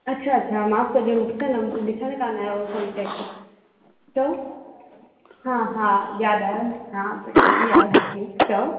अच्छा अच्छा माफ़ु कजो मूंखे तव्हां जो नंबर ॾिसणु कोन आहियो कॉन्टैक्ट चओ हा हा यादि आहियो हा दीदी हा दीदी चओ